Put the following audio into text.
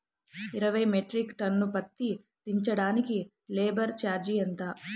ఇరవై metric ton పత్తి దించటానికి లేబర్ ఛార్జీ ఎంత?